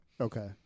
Okay